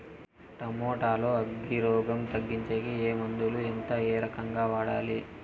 Tomato లో అగ్గి రోగం తగ్గించేకి ఏ మందులు? ఎంత? ఏ రకంగా వాడాలి?